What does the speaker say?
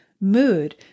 mood